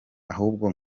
ahubwo